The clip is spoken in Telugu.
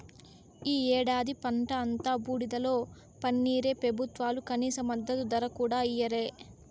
ఈ ఏడాది పంట అంతా బూడిదలో పన్నీరే పెబుత్వాలు కనీస మద్దతు ధర కూడా ఇయ్యలే